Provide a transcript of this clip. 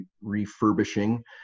refurbishing